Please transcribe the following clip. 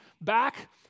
back